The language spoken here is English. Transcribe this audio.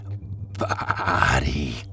body